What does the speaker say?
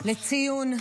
לציון.